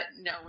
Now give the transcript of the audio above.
no